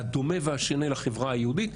הדומה והשונה לחברה היהודית,